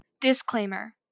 Disclaimer